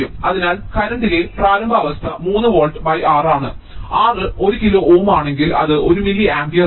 അതിനാൽ കറന്റിലെ പ്രാരംഭ അവസ്ഥ 3 വോൾട്ട് R ആണ് R 1 കിലോ ഓം ആണെങ്കിൽ അത് 1 മില്ലി ആമ്പിയർ ആണ്